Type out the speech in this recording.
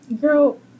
girl